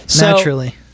naturally